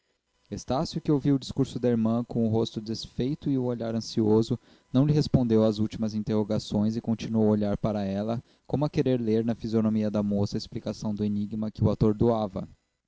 estácio que ouviu o discurso da irmã com o rosto desfeito e o olhar ansioso não lhe respondeu às últimas interrogações e continuou a olhar para ela como a querer ler na fisionomia da moça a explicação do enigma que o